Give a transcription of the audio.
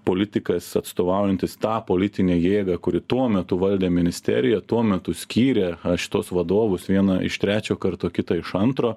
politikas atstovaujantis tą politinę jėgą kuri tuo metu valdė ministeriją tuo metu skyrė šituos vadovus vieną iš trečio karto kitą iš antro